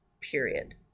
period